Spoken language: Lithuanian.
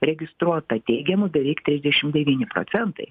registruota teigiamų beveik trisdešim devyni procentai